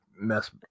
mess